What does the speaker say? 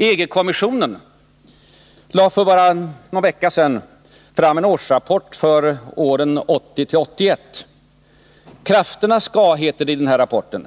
EG-kommissionen lade för bara någon vecka sedan fram en årsrapport för åren 1980-1981. Krafterna skall, heter det i den här rapporten,